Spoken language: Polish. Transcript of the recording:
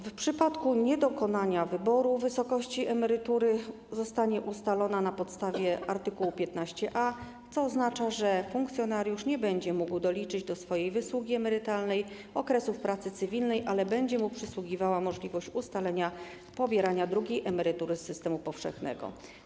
W przypadku niedokonania wyboru wysokość emerytury zostanie ustalona na podstawie art. 15a, co oznacza, że funkcjonariusz nie będzie mógł doliczyć do swojej wysługi emerytalnej okresów pracy cywilnej, ale będzie mu przysługiwała możliwość ustalenia pobierania drugiej emerytury z systemu powszechnego.